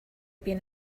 been